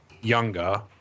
younger